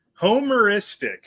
Homeristic